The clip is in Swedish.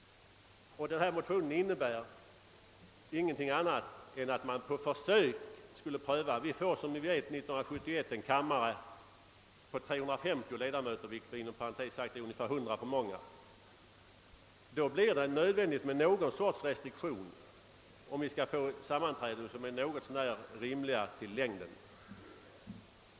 Motionen innebär ingenting annat än att man på försök prövar förslaget. År 1971 får vi som kammarens ledamöter vet en kammare med 350 ledamöter, vilket inom parentes sagt är ungefär 100 för många. Då blir det nödvändigt med någon sorts restriktion, om vi skall få sammanträden som är något så när rimliga till längden.